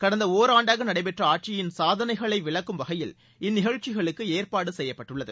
கடந்த ஒராண்டாக நடைபெற்ற ஆட்சியிள் சாதனைகளை விளக்கும் வகையில் இந்த நிகழ்ச்சிகளுக்கு ஏற்பாடு செய்யப்பட்டுள்ளது